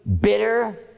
bitter